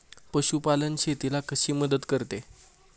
पशुपालन शेतीला कशी मदत करते?